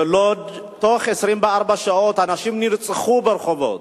בלוד בתוך 24 שעות אנשים נרצחו ברחובות,